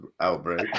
outbreak